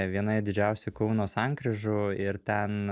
vienoje didžiausių kauno sankryžų ir ten